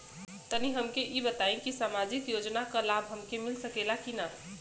तनि हमके इ बताईं की सामाजिक योजना क लाभ हमके मिल सकेला की ना?